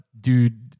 dude